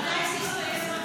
מתי זה יסתיים,